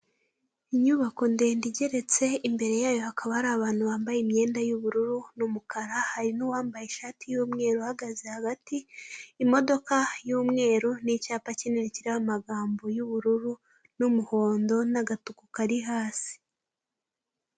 Inyubako ndende igeretse imbere yayo hakaba hari abantu bambaye imyenda y'ubururu n'umukara hari n'uwambaye ishati y'umweru uhagaze hagati , imodoka y'umweru nicyapa kinini kiriho amagambo y'ubururu n'umuhondo n'agatuku kari hasi.